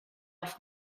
off